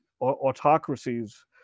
autocracies